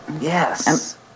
Yes